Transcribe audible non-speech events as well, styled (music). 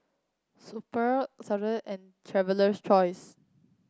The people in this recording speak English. Super (unintelligible) and Traveler's Choice